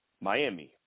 Miami